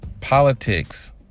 politics